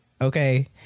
okay